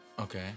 Okay